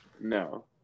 No